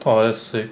oh that's sick